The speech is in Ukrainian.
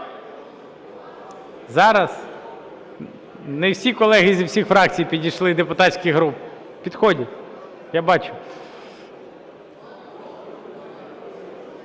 Зараз. Не всі колеги зі всіх фракцій підійшли і депутатських груп. Підходять. Я бачу.